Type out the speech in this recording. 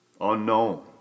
unknown